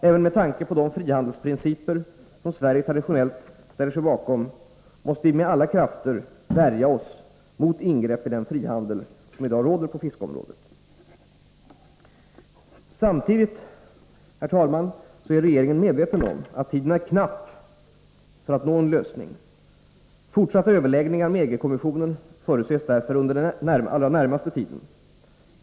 Även med tanke på de frihandelsprinciper som Sverige traditionellt ställt sig bakom måste vi med alla krafter värja oss mot ingrepp den frihandel som i dag råder på fiskområdet. Samtidigt är regeringen medveten om att tiden är knapp för att nå en lösning. Fortsatta överläggningar med EG-kommissionen förutses därför under den närmaste tiden.